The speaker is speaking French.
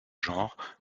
genre